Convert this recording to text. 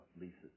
leases